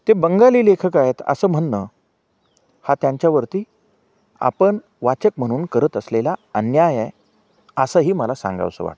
ते बंगाली लेखक आहे असं म्हणणं त्यांच्यावरती आपण वाचक म्हणून करत असलेला अन्यायय असंही मला सांगावसं वाटतं